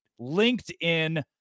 LinkedIn